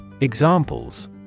Examples